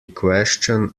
question